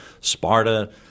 Sparta